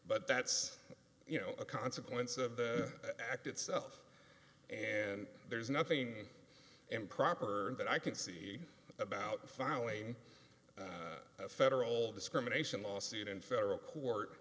but that's you know a consequence of the act itself and there's nothing improper that i can see about finally a federal discrimination lawsuit in federal court